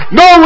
no